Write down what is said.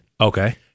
Okay